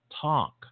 Talk